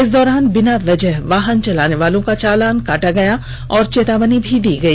इस दौरान बिना वजह वाहन चलाने वालों का चालान काटा गया और चेतावनी भी दी गई